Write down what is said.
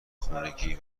خونگیه